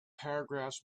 paragraphs